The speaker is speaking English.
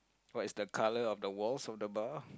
what is the color of the walls of the bar